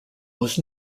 was